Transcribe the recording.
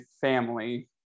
family